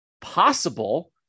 possible